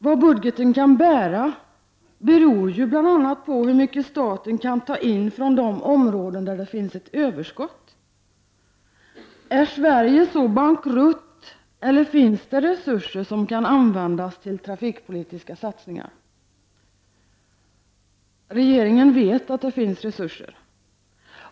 Vad budgeten ”kan bära” beror ju bl.a. på hur mycket staten kan ta in från de områden där det finns ett överskott. Är Sverige så bankrutt, eller finns det resurser som kan användas till trafikpolitiska satsningar? Regeringen vet att det finns resurser.